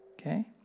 okay